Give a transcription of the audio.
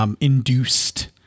induced